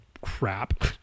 crap